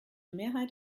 mehrheit